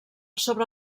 sobre